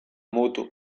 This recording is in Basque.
mutu